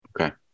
Okay